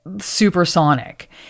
supersonic